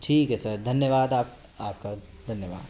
ठीक है सर धन्यवाद आपका धन्यवाद